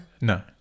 No